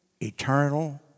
eternal